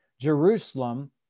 Jerusalem